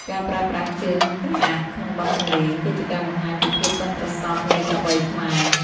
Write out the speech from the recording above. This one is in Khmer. ការប្រើប្រាស់ជើងកាព្យក្នុងបទចម្រៀង គឺជាការបង្ហាញពីភាពប៉ិនប្រសប់នៃកវីខ្មែរ។